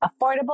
affordable